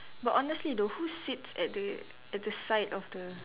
but honestly though who sits at the at the side of the